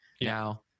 Now